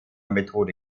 methode